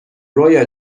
رویا